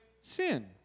sin